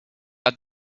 have